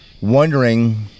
wondering